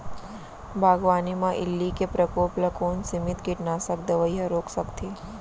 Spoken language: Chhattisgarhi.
बागवानी म इल्ली के प्रकोप ल कोन सीमित कीटनाशक दवई ह रोक सकथे?